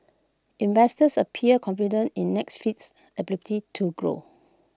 investors appear confident in Netflix's ability to grow